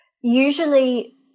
Usually